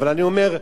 אבל אני אומר,